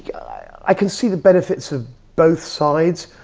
i can see the benefits of both sides.